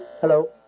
Hello